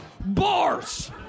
Bars